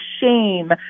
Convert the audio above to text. shame